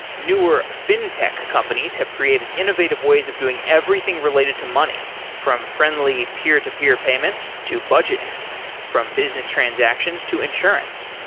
newer fintech companies have created innovative ways of doing everything related to money from friendly peer-to-peer payments, to budgeting from business transactions, to insurance.